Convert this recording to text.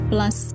Plus